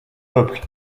peuple